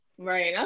Right